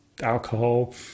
alcohol